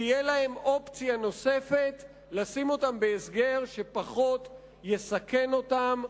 תהיה להם אופציה נוספת לשים אותם בהסגר שפחות יסכן אותם,